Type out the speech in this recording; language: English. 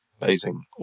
Amazing